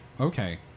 okay